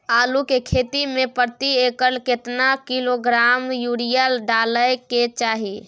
आलू के खेती में प्रति एकर केतना किलोग्राम यूरिया डालय के चाही?